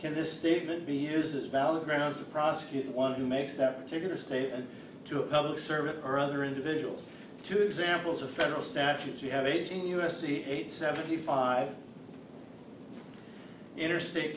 can this statement be used as valid grounds to prosecute one who makes that particular state and to a public servant or other individuals to examples of federal statutes you have eighteen u s c eight seventy five interstate